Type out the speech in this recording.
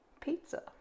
pizza